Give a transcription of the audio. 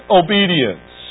obedience